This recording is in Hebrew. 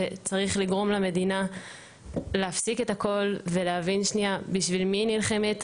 זה צריך לגרום למדינה להפסיק את הכול ולהבין שנייה בשביל מי היא נלחמת,